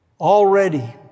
Already